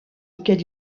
auquel